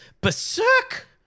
Berserk